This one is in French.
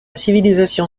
civilisation